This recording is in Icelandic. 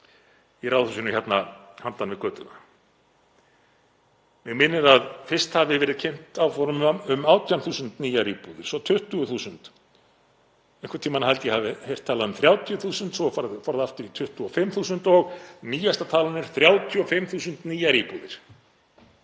í ráðhúsinu hér handan við götuna. Mig minnir að fyrst hafi verið kynnt áform um 18.000 nýjar íbúðir, svo 20.000, einhvern tímann held ég að ég hafi heyrt talað um 30.000, svo fór það aftur í 25.000 og nýjasta talan er 35.000 nýjar íbúðir